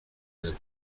nel